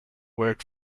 worked